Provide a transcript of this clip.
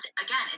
Again